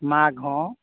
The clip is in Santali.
ᱢᱟᱜᱽᱦᱚᱸ